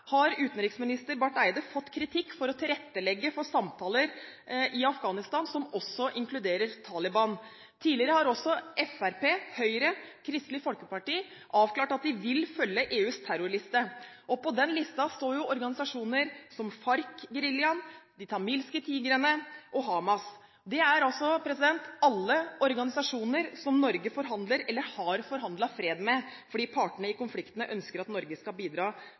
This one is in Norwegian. har utenriksminister Barth Eide fått kritikk for å tilrettelegge for samtaler i Afghanistan som inkluderer Taliban. Tidligere har også Fremskrittspartiet, Høyre og Kristelig Folkeparti avklart at de vil følge EUs terrorliste. På den listen står organisasjoner som Farc-geriljaen, de tamilske Tigrene og Hamas. Det er alle organisasjoner som Norge forhandler eller har forhandlet fred med, fordi partene i konfliktene ønsker at Norge skal bidra